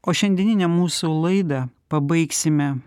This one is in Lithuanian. o šiandieninę mūsų laidą pabaigsime